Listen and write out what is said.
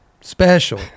special